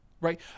Right